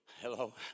Hello